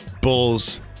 Bulls